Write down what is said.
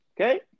Okay